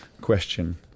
question